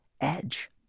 edge